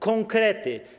Konkrety.